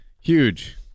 Huge